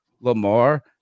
Lamar